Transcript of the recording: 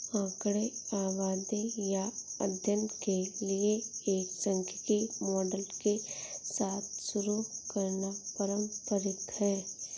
आंकड़े आबादी या अध्ययन के लिए एक सांख्यिकी मॉडल के साथ शुरू करना पारंपरिक है